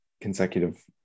consecutive